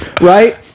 Right